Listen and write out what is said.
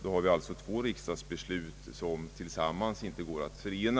Vi har alltså två riksdagsbeslut som inte går att förena.